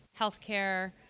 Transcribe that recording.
healthcare